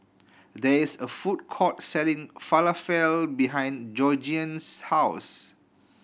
there is a food court selling Falafel behind Georgiann's house